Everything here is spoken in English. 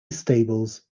stables